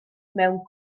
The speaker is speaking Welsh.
mewn